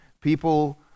people